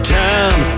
time